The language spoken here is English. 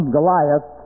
Goliath